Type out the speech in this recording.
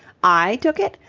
i took it?